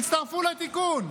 הצטרפו לתיקון.